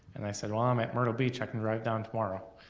and i said, well, i'm at myrtle beach, i can drive down tomorrow,